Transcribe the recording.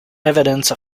evidence